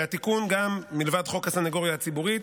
והתיקון, מלבד חוק הסנגוריה הציבורית,